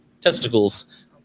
testicles